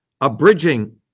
abridging